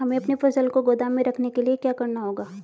हमें अपनी फसल को गोदाम में रखने के लिये क्या करना होगा?